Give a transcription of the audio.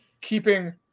keeping